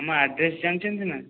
ଆମ ଆଡ଼୍ରେସ ଜାଣିଛନ୍ତି ନା